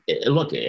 look